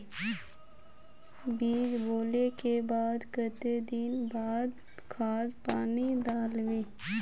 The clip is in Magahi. बीज बोले के बाद केते दिन बाद खाद पानी दाल वे?